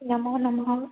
नमो नमः